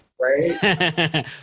Right